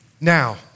Now